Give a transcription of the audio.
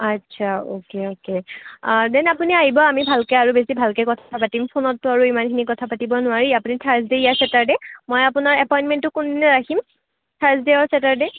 আচ্ছা okay okay then আপুনি আহিব আমি ভালকৈ আৰু বেছি ভালকৈ কথা পাতিম ফোনতটো আৰু ইমানখিনি কথা পাতিব নোৱাৰি আপুনি থাৰ্ছডে য়া ছেটাৰডে মই আপোনাৰ এপইণ্টমেণ্টটো কোন দিনা ৰাখিম থাৰ্ছডে অৰ ছেটাৰডে